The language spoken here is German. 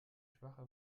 schwache